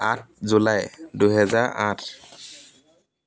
আঠ জুলাই দুহেজাৰ আঠ